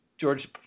George